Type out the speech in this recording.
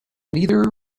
neither